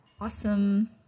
awesome